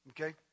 okay